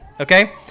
okay